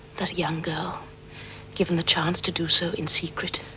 that a young girl given the chance to do so in secret